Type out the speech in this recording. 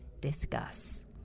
Discuss